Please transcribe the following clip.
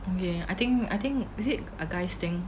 okay I think I think is it a guys thing